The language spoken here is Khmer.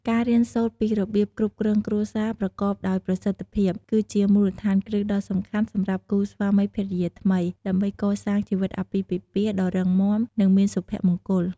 ការរៀនសូត្រពីរបៀបគ្រប់គ្រងគ្រួសារប្រកបដោយប្រសិទ្ធភាព គឺជាមូលដ្ឋានគ្រឹះដ៏សំខាន់សម្រាប់គូស្វាមីភរិយាថ្មី ដើម្បីកសាងជីវិតអាពាហ៍ពិពាហ៍ដ៏រឹងមាំ និងមានសុភមង្គល។